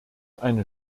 eine